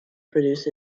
produce